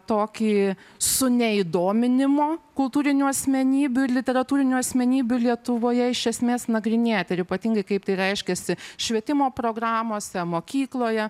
tokį su neįdominimo kultūrinių asmenybių ir literatūrinių asmenybių lietuvoje iš esmės nagrinėti ir ypatingai kaip tai reiškiasi švietimo programose mokykloje